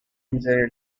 user